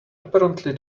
apparently